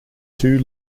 two